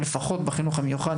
לפחות בחינוך המיוחד,